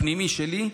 הפנימי שלי,